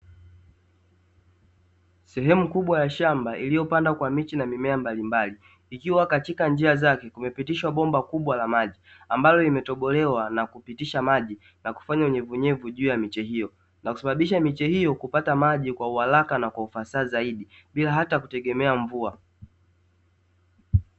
Sehemu kubwa ya shamba iliyopandwa kwa miti na mimea mbalimbali ikiwa katika njia zake kumepitishwa bomba kubwa la maji ambalo limetobolewa na kupitisha maji na kufanya unyevunyevu juu ya miche hiyo na kusababisha miche hiyo kupata maji kwa uharaka na kwa ufasaha zaidi bila hata kutegemea mvua.